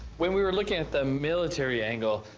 when we were looking at the military angle,